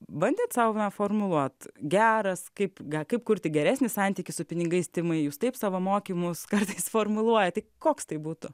bandėt sau na formuluot geras kaip ga kaip kurti geresnį santykį su pinigais timai jūs taip savo mokymus kartais formuluojat tai koks tai būtų